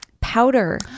powder